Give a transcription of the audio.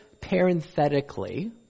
parenthetically